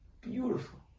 beautiful